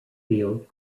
field